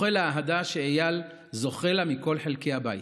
זוכה לאהדה שאיל זוכה לה מכל חלקי הבית,